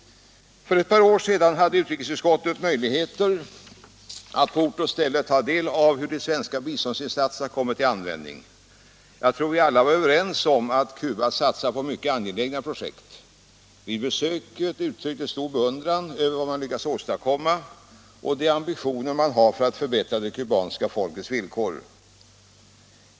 För ett par år sedan hade utrikesutskottet möjligheter att på ort och ställe se hur det svenska biståndet kom till användning. Jag tror att vi alla var överens om att Cuba satsar på mycket angelägna projekt. Vid besöket uttrycktes stor beundran över vad man lyckats åstadkomma och de ambitioner man har för att förbättra det kubanska folkets villkor.